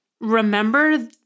remember